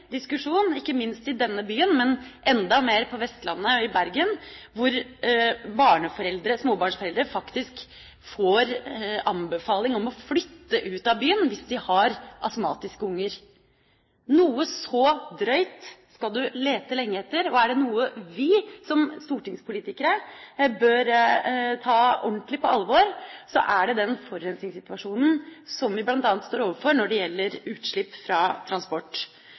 diskusjon – ikke minst i denne byen, men enda mer på Vestlandet og i Bergen, hvor småbarnsforeldre faktisk får anbefaling om å flytte ut av byen hvis de har astmatiske barn. Noe så drøyt skal man lete lenge etter! Er det noe vi som stortingspolitikere bør ta ordentlig på alvor, er det den forurensningssituasjonen som vi bl.a. står overfor når det gjelder utslipp fra transport.